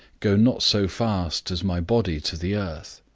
go not so fast as my body to the earth.